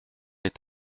est